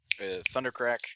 Thundercrack